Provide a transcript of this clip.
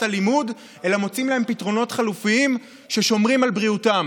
הלימוד אלא מוצאים להם פתרונות חלופיים ששומרים על בריאותם.